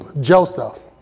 Joseph